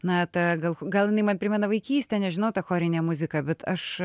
na ta gal gal jinai man primena vaikystę nežinau ta chorinė muzika bet aš